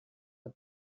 que